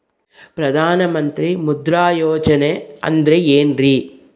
ಪ್ರಧಾನ ಮಂತ್ರಿ ಮುದ್ರಾ ಯೋಜನೆ ಅಂದ್ರೆ ಏನ್ರಿ?